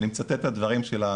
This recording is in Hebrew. ואני מצטט את הדברים שלה,